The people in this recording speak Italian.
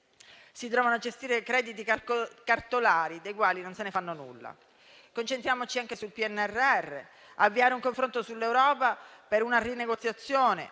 si trovano a gestire crediti cartolari, dei quali non se ne fanno nulla. Concentriamoci anche sul PNRR: avviare un confronto con l'Europa per una rinegoziazione